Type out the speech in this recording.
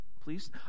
Please